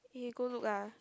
eh go look ah